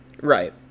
right